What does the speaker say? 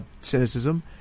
cynicism